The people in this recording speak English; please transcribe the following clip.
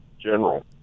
general